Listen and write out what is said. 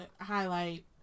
highlight